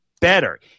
better